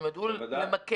והם ידעו למקד,